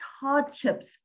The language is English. hardships